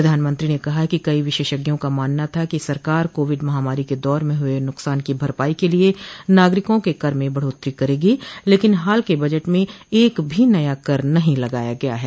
प्रधानमंत्री ने कहा कि कई विशेषज्ञों का मानना था कि सरकार कोविड महामारी के दौर में हुए नुकसान की भरपाई के लिए नागरिकों के कर में बढ़ोतरी करेगी लेकिन हाल के बजट में एक भी नया कर नहीं लगाया गया है